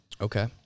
Okay